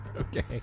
okay